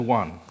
one